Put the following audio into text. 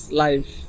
life